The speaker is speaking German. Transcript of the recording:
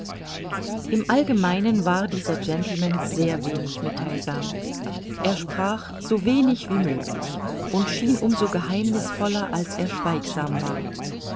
im allgemeinen war dieser gentleman sehr wenig mittheilsam er sprach so wenig wie möglich und schien um so geheimnißvoller als er schweigsam war